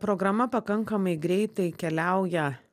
programa pakankamai greitai keliauja